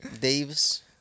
Davis